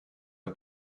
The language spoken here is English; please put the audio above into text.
the